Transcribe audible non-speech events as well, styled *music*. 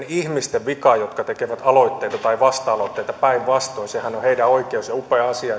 *unintelligible* ihmisten vika jotka tekevät aloitteita tai vasta aloitteita päinvastoin sehän on heidän oikeutensa ja upea asia *unintelligible*